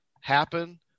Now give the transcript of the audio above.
happen